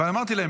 ואמרתי להם,